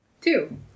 Two